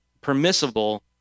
permissible